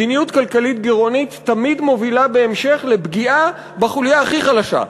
מדיניות כלכלית גירעונית תמיד מובילה בהמשך לפגיעה בחוליה הכי חלשה,